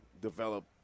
develop